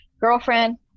girlfriend